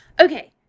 Okay